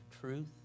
truth